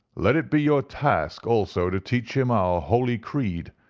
let it be your task also to teach him our holy creed.